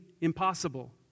impossible